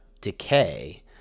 decay